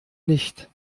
nicht